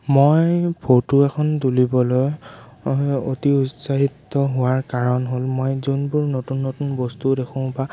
মই ফটো এখন তুলিবলৈ অতি উৎসাহিত হোৱাৰ কাৰণ হ'ল মই যোনবোৰ নতুন নতুন বস্তু দেখোঁ বা